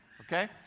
okay